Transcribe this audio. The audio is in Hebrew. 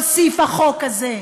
הוסיף החוק הזה?